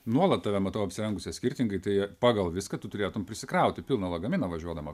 nuolat tave matau apsirengusią skirtingai tai pagal viską tu turėtum prisikrauti pilną lagaminą važiuodama